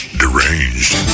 deranged